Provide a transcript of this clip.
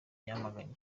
yamaganye